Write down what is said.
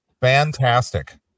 Fantastic